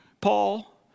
Paul